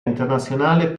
internazionale